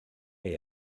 chi